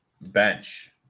bench